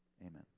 Amen